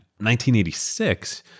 1986